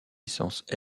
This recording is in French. licence